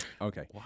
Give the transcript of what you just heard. Okay